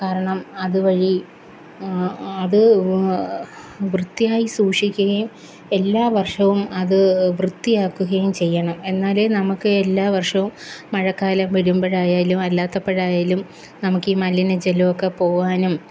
കാരണം അതുവഴി അത് വൃത്തിയായി സൂക്ഷിക്കുകയും എല്ലാവര്ഷവും അത് വൃത്തിയാക്കുകയും ചെയ്യണം എന്നാലെ നമുക്ക് എല്ലാവര്ഷവും മഴക്കാലം വരുമ്പോഴായാലും അല്ലാത്തപ്പോഴായാലും നമുക്ക് ഈ മലിനജലം ഒക്കെ പോവാനും